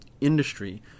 industry